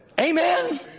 amen